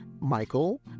Michael